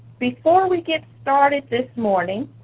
before we get started this morning,